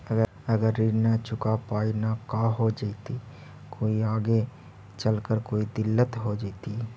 अगर ऋण न चुका पाई न का हो जयती, कोई आगे चलकर कोई दिलत हो जयती?